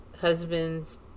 husbands